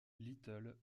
little